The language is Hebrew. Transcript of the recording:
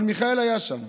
אבל מיכאל היה שם.